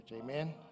Amen